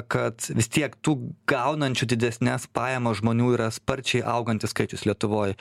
kad vis tiek tų gaunančių didesnes pajamas žmonių yra sparčiai augantis skaičius lietuvoj